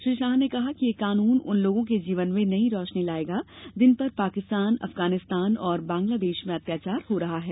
श्री शाह ने कहा कि यह कानून उन लोगों के जीवन में नई रोशनी लाएगा जिनपर पाकिस्तान अफगानिस्तान और बंग्लादेश में अत्याचार हो रहा है